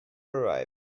arriving